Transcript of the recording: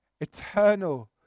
Eternal